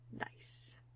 Nice